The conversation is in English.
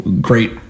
great